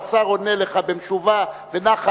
והשר עונה לך בשובה ונחת,